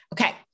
Okay